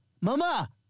Mama